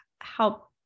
help